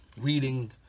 reading